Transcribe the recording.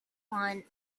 want